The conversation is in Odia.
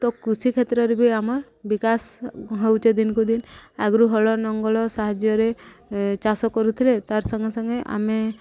ତ କୃଷି କ୍ଷେତ୍ରରେ ବି ଆମର ବିକାଶ ହେଉଛେ ଦିନକୁ ଦିନ ଆଗରୁ ହଳ ନଙ୍ଗଳ ସାହାଯ୍ୟରେ ଚାଷ କରୁଥିଲେ ତାର୍ ସାଙ୍ଗେ ସାଙ୍ଗେ ଆମେ